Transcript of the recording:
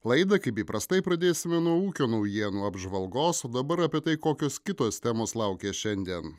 laidą kaip įprastai pradėsime nuo ūkio naujienų apžvalgos o dabar apie tai kokios kitos temos laukia šiandien